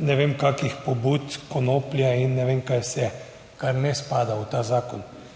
ne vem kakšnih pobud, konoplje in ne vem kaj vse, kar ne spada v ta zakon.